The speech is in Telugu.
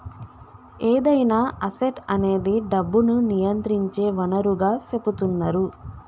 ఏదైనా అసెట్ అనేది డబ్బును నియంత్రించే వనరుగా సెపుతున్నరు